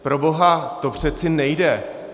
Proboha, to přece nejde!